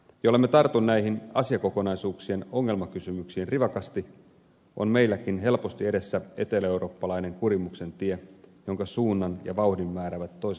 jollemme tartu näiden asiakokonaisuuksien ongelmakysymyksiin rivakasti on meilläkin helposti edessä eteläeurooppalainen kurimuksen tie jonka suunnan ja vauhdin määräävät toiset valtiot